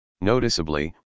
Noticeably